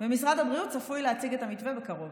משרד הבריאות צפוי להציג את המתווה בקרוב.